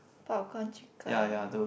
popcorn chicken